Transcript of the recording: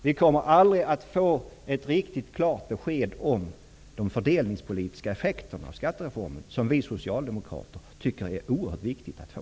Vi kommer aldrig att få ett riktigt klart besked om de fördelningspolitiska effekterna av skattereformen. Det tycker vi socialdemokrater är oerhört viktigt att få.